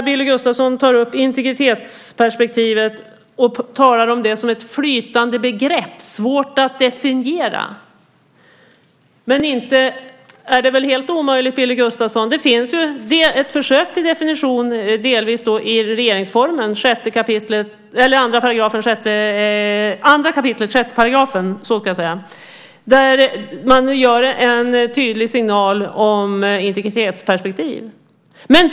Billy Gustafsson talar om integritetsperspektivet som ett flytande begrepp, svårt att definiera. Men inte är det väl helt omöjligt? Det finns ett försök till definition i 2 kap. 6 § regeringsformen där det ges en tydlig signal om integritetsperspektiv.